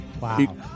Wow